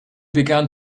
began